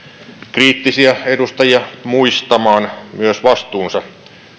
kriittisiä edustajia muistamaan myös vastuunsa